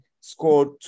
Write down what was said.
scored